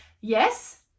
Yes